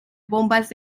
bombas